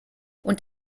und